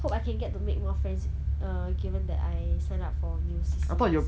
hope I can get to make more friends err given that I signed up for new C_C_As about you